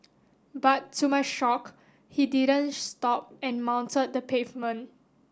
but to my shock he didn't stop and mounted the pavement